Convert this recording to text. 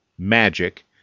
magic